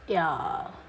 ya